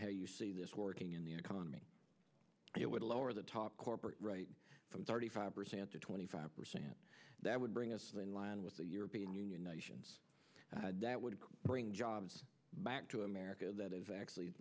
how you see this working in the economy it would lower the top corporate rate from thirty five percent to twenty five percent that would bring us in line with the european union nations that would bring jobs back to america that have actually